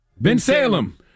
Bensalem